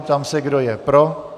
Ptám se, kdo je pro.